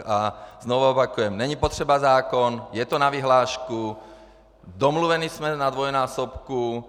A znovu opakuji není potřeba zákon, je to na vyhlášku, domluveni jsme na dvojnásobku.